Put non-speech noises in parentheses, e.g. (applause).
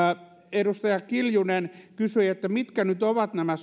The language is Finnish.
edustaja kiljunen kysyi mitkä nyt ovat nämä (unintelligible)